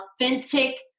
authentic